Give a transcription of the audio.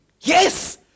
Yes